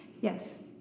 Yes